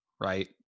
right